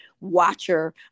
watcher